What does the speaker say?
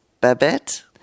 Babette